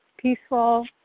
peaceful